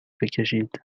بکشید